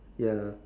ya